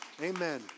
amen